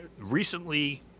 recently